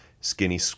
Skinny